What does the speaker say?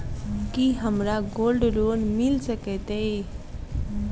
की हमरा gold loan मिल सकैत ये?